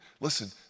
listen